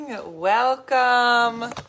Welcome